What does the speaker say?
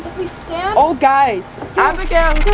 we stand oh guys, abigail